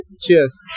Cheers